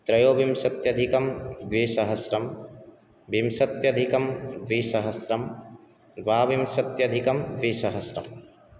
त्रयो विंशत्यधिकं द्विसहस्रं विंशत्यधिकं द्विसहस्रं द्वा विंशत्यधिकं द्विसहस्रं